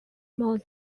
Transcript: more